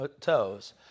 toes